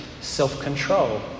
self-control